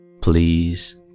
Please